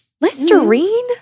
Listerine